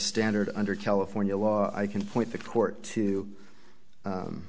standard under california law i can point the court to